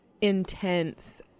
intense